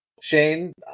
Shane